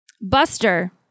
Buster